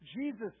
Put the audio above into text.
Jesus